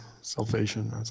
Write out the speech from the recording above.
Salvation